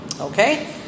Okay